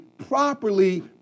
properly